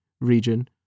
region